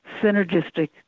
synergistic